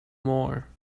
more